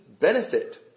benefit